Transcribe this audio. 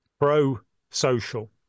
pro-social